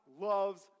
loves